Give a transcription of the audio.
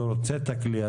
הוא רוצה את הכלי,